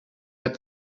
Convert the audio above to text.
had